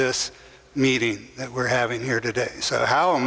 this meeting that we're having here today so how